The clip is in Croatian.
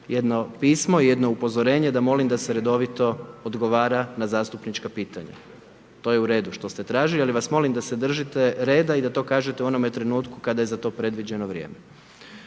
jedno pismo, jedno upozorenje da molim da se redovito odgovara na zastupnička pitanja. To je u redu što ste tražili, ali vas molim da se držite reda i da to kažete u onome trenutku kada je za to predviđeno vrijeme.